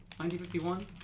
1951